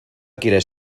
quieres